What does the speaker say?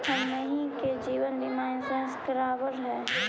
हमनहि के जिवन बिमा इंश्योरेंस करावल है?